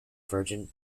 virgin